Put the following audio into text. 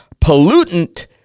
pollutant